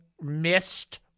missed